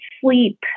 sleep